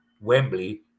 Wembley